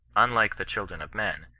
unlike the children of men,